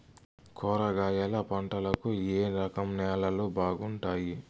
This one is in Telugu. కూరగాయల పంటలకు ఏ రకం నేలలు బాగుంటాయి?